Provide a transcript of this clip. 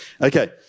Okay